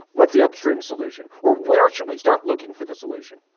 what the upstream solution or where should we start looking for the solution?